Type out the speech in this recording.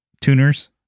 tuners